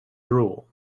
drool